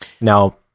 Now